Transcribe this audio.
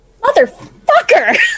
Motherfucker